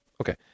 Okay